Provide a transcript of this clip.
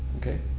okay